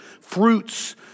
fruits